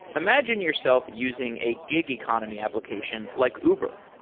imagine yourself using a gig economy application like uber.